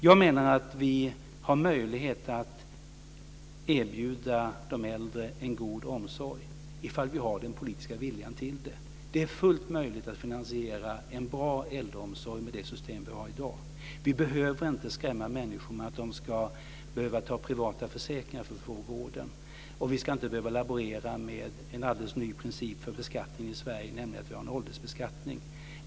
Jag menar att vi har möjlighet att erbjuda de äldre en god omsorg ifall vi har den politiska viljan till det. Det är fullt möjligt att finansiera en bra äldreomsorg med det system vi har i dag. Vi behöver inte skrämma människor med att de måste ta privata försäkringar för att få vård. Vi ska inte behöva laborera med en alldeles ny princip för beskattning i Sverige, nämligen en åldersbeskattning.